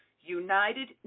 United